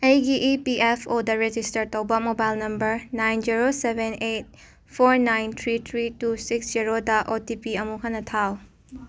ꯑꯩꯒꯤ E P F ꯑꯣꯗ register ꯇꯧꯔꯕ mobile number nine zero seven eight four nine three three two six ꯖꯤꯔꯣꯗ O T P ꯑꯃꯨꯛ ꯍꯟꯅ ꯊꯥꯎ